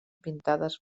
pintades